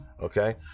okay